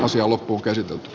asiaa loppuunkäsitelty